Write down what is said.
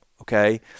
okay